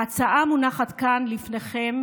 ההצעה המונחת כאן לפניכם